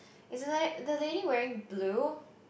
is the la~ the lady wearing blue